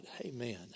amen